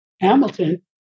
Hamilton